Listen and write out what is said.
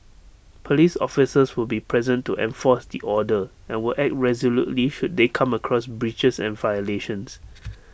Police officers will be present to enforce the order and will act resolutely should they come across breaches and violations